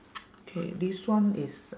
K this one is